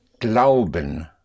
Glauben